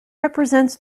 represents